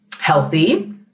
healthy